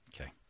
Okay